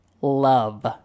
Love